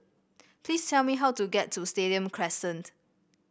please tell me how to get to Stadium Crescent